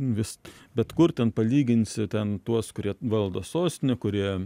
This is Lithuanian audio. vis bet kur ten palyginsi ten tuos kurie valdo sostinę kurie